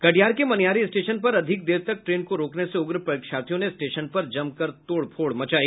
कटिहार के मनिहारी स्टेशन पर अधिक देर तक ट्रेन को रोकने से उग्र परिक्षार्थियों ने स्टेशन पर जम कर तोड़ फोड़ मचाई